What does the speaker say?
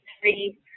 three